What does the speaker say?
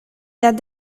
that